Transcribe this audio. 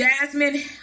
jasmine